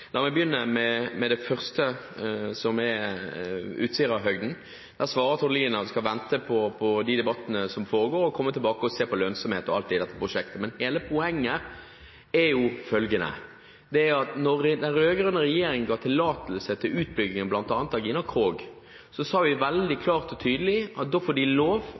La meg begynne med det første, som er Utsirahøgden. Der svarer statsråd Tord Lien at man skal vente på de debattene som foregår, og komme tilbake og se på lønnsomhet, og alt, i dette prosjektet. Men hele poenget er jo følgende: Da den rød-grønne regjeringen ga tillatelse til utbyggingen bl.a. av Gina Krog, sa vi veldig klart og tydelig at da får de lov